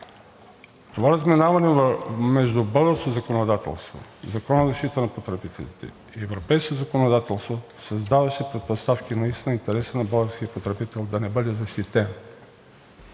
Това разминаване между българското законодателство, Закона за защита на потребителите и европейското законодателство създаваше предпоставки наистина интересът на българския потребител да не бъде защитен,